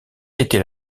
était